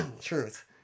truth